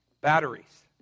Batteries